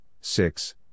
six